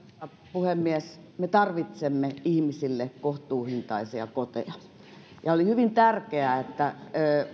puhemies me tarvitsemme ihmisille kohtuuhintaisia koteja ja oli hyvin tärkeää että